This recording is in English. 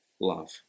love